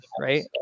Right